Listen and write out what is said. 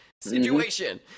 situation